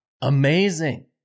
Amazing